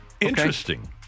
Interesting